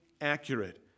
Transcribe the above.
accurate